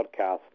podcast